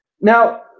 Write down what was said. Now